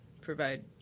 provide